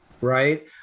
right